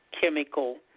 chemical